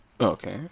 Okay